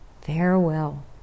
Farewell